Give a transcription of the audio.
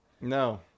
No